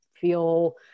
feel